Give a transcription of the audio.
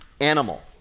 animal